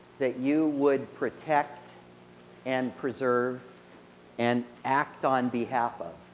that you would protect and preserve and act on behalf of.